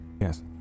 Yes